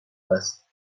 است